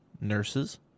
nurses